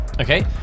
Okay